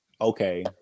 okay